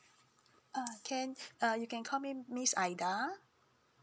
uh can uh you can call me miss aida